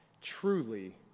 truly